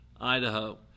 Idaho